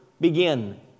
begin